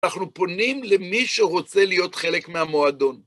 אנחנו פונים למי שרוצה להיות חלק מהמועדון.